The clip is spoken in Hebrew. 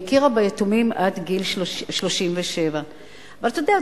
והכירה ביתומים עד גיל 37. אבל אתה יודע,